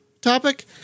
topic